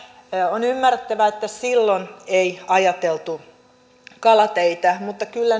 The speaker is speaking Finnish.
on ymmärrettävää että silloin ei ajateltu kalateitä mutta kyllä nyt